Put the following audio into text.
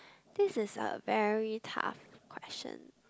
this is a very tough question